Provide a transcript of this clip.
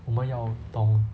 我们要懂